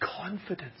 confidence